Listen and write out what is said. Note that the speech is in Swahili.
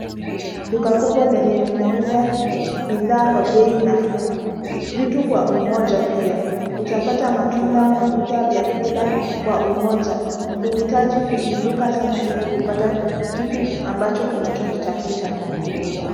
Duka kubwa lenye linauza bidhaa kwa bei nafuu. Vitu kwa umoja pia. Utapata matunda, mafuta, vyakula kwa umoja. Huhitaji kuzunguka sana ili kupata kitu ambacho unachokitafuta kununua.